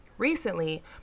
Recently